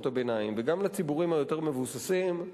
הביניים וגם לציבורים היותר מבוססים,